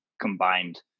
combined